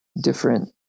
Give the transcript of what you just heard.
different